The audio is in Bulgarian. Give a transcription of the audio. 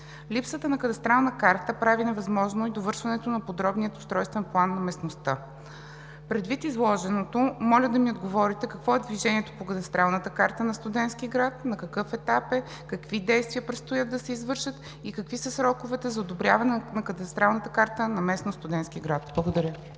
Липсата на кадастрална карта прави невъзможно и довършването на подробния устройствен план на местността. Предвид изложеното моля да ми отговорите какво е движението по кадастралната карта на Студентски град, на какъв етап е, какви действия предстоят да се извършат и какви са сроковете за одобряване на кадастралната карта на местност „Студентски град“? Благодаря.